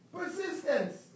Persistence